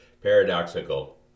paradoxical